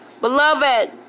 Beloved